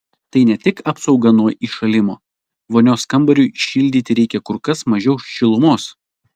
tai ne tik apsauga nuo įšalimo vonios kambariui šildyti reikia kur kas mažiau šilumos